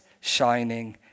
shining